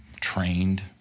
trained